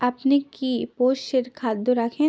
আপনি কি পোষ্যের খাদ্য রাখেন